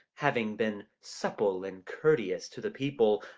having been supple and courteous to the people,